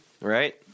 right